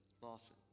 Lawson